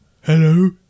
Hello